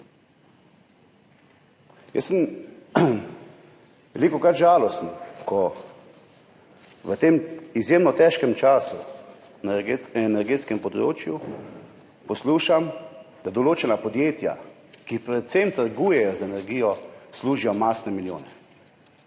Jaz sem velikokrat žalosten, ko v tem izjemno težkem času na energetskem področju poslušam, da določena podjetja, ki predvsem trgujejo z energijo, služijo mastne milijone.